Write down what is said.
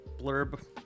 blurb